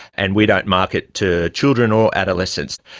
and we don't market to children or adolescents.